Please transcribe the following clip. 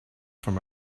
from